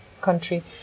country